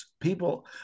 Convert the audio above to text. People